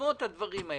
בעקבות הדברים האלה,